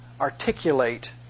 articulate